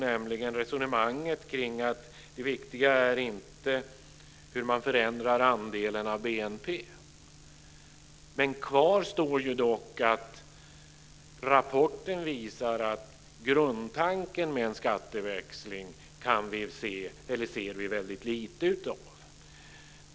Det gäller resonemanget kring att det viktiga inte är hur man förändrar andelen av BNP. Kvar står dock att rapporten visar att vi ser väldigt lite av grundtanken med en skatteväxling.